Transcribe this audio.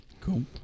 cool